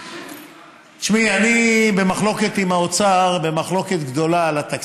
תשמעי, אני במחלוקת גדולה עם האוצר על התקציב.